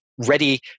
ready